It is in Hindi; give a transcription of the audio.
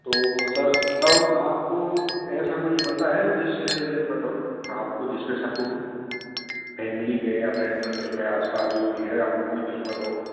तो सर मतलब आपको ऐसा कोई बंदा है जिससे मतलब आपको जिस पर शक हो फैमिली में या फ्रेंड सर्कल में आस पास जो भी है आपको कोई दुश्मन हो